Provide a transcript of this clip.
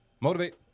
Motivate